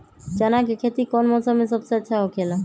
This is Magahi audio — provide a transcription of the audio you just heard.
चाना के खेती कौन मौसम में सबसे अच्छा होखेला?